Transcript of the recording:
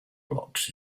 blocks